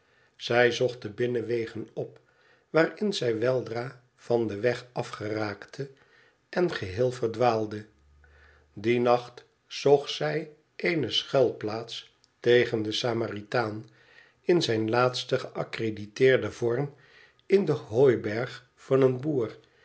zij zocht de binnenwegen op waarin zij weldra van den weg af geraakte en geheel verdwaalde dien nacht zocht zij eene schuilplaats tegen den samaritaan in zijn laatsten geaccrediteerden vorm in den hooiberg van een boer